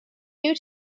due